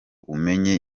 umenye